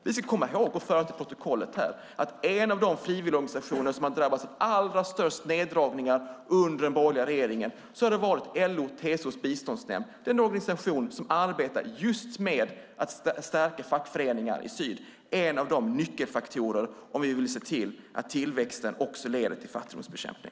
Vi ska komma ihåg och föra till protokollet att en av de frivilligorganisationer som har drabbats av allra störst neddragning under den borgerliga regeringen är LO-TCO Biståndsnämnd, den organisation som arbetar just med att stärka fackföreningar i syd - en nyckelfaktor om vi vill se till att tillväxten också leder till fattigdomsbekämpning.